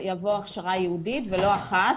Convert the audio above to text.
יעבור הכשרה ייעודית ולא אחת,